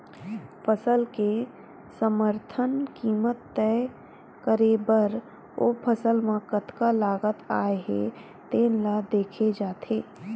फसल के समरथन कीमत तय करे बर ओ फसल म कतका लागत आए हे तेन ल देखे जाथे